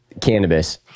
Cannabis